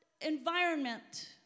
environment